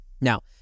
Now